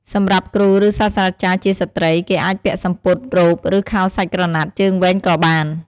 សម្រាប់គ្រូ ឬ សាស្ត្រាចារ្យជាស្ត្រី គេអាចពាក់សំពត់ រ៉ូប ឬ ខោសាច់ក្រណាត់ជើងវែងក៏បាន។